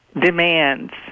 demands